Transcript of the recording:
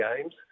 games